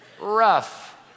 Rough